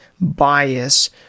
bias